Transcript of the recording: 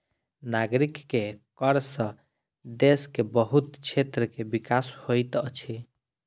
नागरिक के कर सॅ देश के बहुत क्षेत्र के विकास होइत अछि